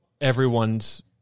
everyone's